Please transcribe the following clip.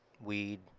weed